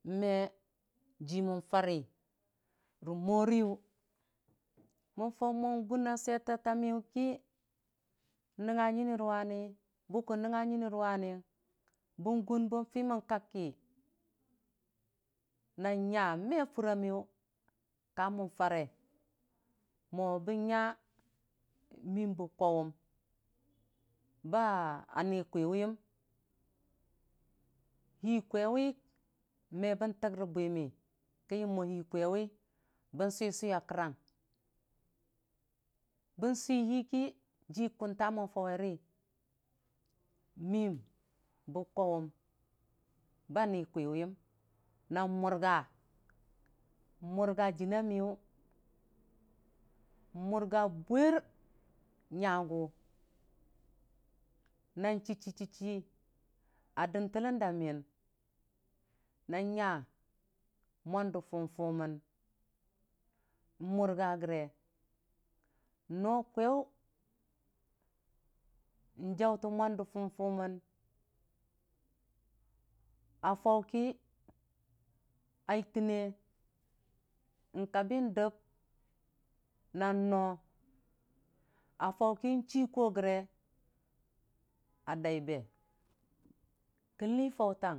Me jii mən fari rə moriyʊ mən fau mo guna swətəta miyʊ ki n'nɨnga nyini rʊwani buko nɨngu nyinirʊwani bən gun bən fimo kak ki na nya me furya miyʊ ka mən fare mo bən nya mwi bə kwauwʊm ba ni kwiwiyəm hii kwaiwi me bəntɨk rə bwim, kən yəm mo hii kwaiwi bən swiwiya a kərang bən swi wi ki ji kunta mən fauweri miim bə kwauwum ba ni kwiwiyəm na murga murga jina miyʊ n'mʊrga bwer nyagʊ nan chi- chia dʊntiltɨn da miyin nan nya mwon də fum- fumən murga gəre n'no kwaiyʊ n'jautən mwon də fum- fumən a fauki a ying tənne n'kabi dəm nan no, a fauki chiko gəre a daa be kən lii fautang a hii.